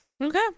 Okay